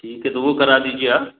ठीक है तो वो करा दीजिए आप